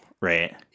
right